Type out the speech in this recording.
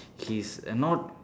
he is a not